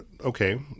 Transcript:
okay